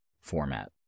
format